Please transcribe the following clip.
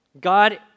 God